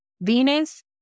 Venus